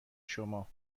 شما